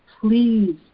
please